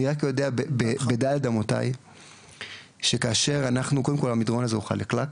אני רק יודע שקודם כל המדרון הזה הוא חלקלק,